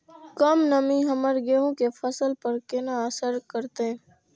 कम नमी हमर गेहूँ के फसल पर केना असर करतय?